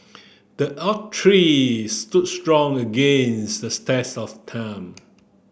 the oak tree stood strong against the test of time